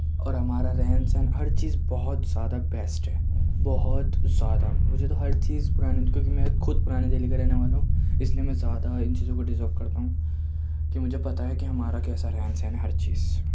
اور ہمارا رہن سہن ہر چیز بہت زیادہ بیسٹ ہے بہت زیادہ مجھے تو ہر چیز پرانی کیونکہ میں خود پرانی دہلی کا رہنے والا ہوں اس لئے میں زیادہ ان چیزوں کو ڈیزرو کرتا ہوں کہ مجھے پتہ ہے کہ ہمارا کیسا رہن سہن ہے ہر چیز